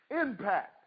impact